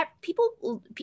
people